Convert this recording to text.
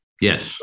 Yes